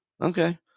okay